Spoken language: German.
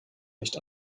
nicht